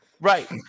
Right